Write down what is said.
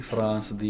France